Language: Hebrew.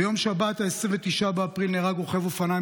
ביום שבת 29 באפריל נהרג רוכב אופניים